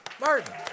Martin